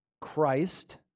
Christ